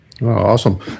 Awesome